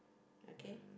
okay